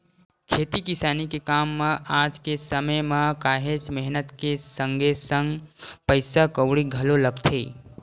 खेती किसानी के काम मन म आज के समे म काहेक मेहनत के संगे संग पइसा कउड़ी घलो लगथे